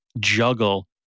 juggle